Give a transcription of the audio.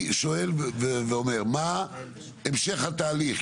אני שואל ואומר, מה המשך התהליך?